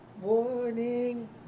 Warning